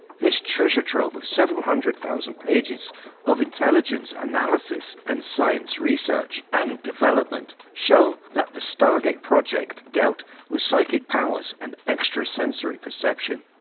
this treasure trove of several hundred thousand pages of intelligence analysis and science research and development show that the stargate project, dealt with psychic powers and extrasensory perception.